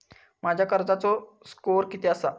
माझ्या कर्जाचो स्कोअर किती आसा?